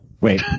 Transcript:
wait